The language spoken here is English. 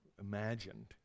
imagined